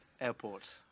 Airport